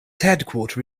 headquarter